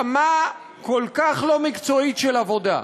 רמה כל כך לא מקצועית של עבודה,